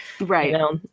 right